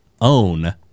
own